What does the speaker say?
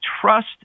Trust